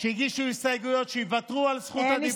שהגישו הסתייגויות שיוותרו על זכות הדיבור שלהם,